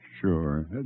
Sure